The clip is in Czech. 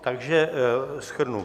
Takže shrnu.